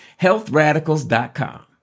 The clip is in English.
healthradicals.com